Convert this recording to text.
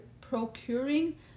procuring